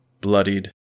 bloodied